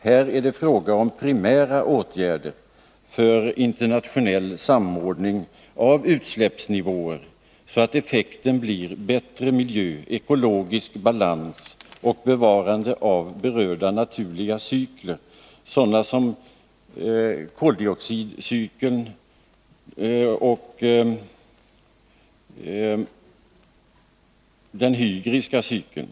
Här är det fråga om primära åtgärder för internationell samordning av utsläppsnivåer, så att effekten blir bättre miljö, ekologisk balans och bevarande av berörda naturliga cykler, som t.ex. koldioxidcykeln och den hygriska cykeln.